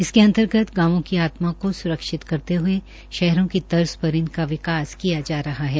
इसके अंतर्गत गांवों की आत्मा का सुरक्षित करते हये शहरों की तर्ज पर इनका विकास किया जा रहा है